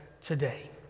today